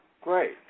great